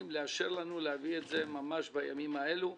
לאשר לנו להביא את זה ממש בימים האלה.